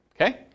Okay